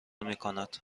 میکند